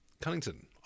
Cunnington